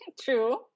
True